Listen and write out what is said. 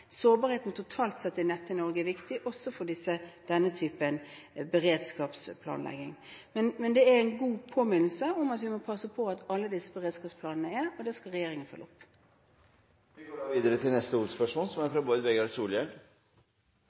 Sårbarheten totalt sett i nettet i Norge er viktig, også for denne typen beredskapsplanlegging. Men det er en god påminnelse om at vi må passe på at alle har beredskapsplaner, og det skal regjeringen følge opp. Vi går videre til neste hovedspørsmål. Mennesket er